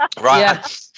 right